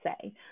say